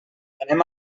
anem